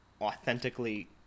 authentically